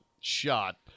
shot